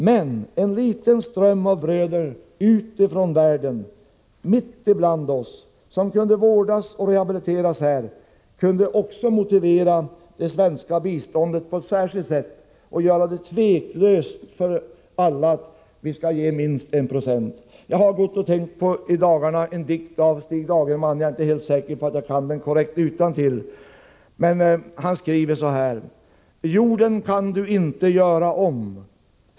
Men en liten ström av bröder utifrån världen som kunde vårdas och rehabiliteras mitt ibland oss kunde också skapa motivation för det svenska biståndet på ett särskilt sätt, så att aila tveklöst ville medverka till att enprocentsmålet upprätthålls. Jag har i dagarna gått och tänkt på en dikt av Stig Dagerman: Jorden kan du inte göra om.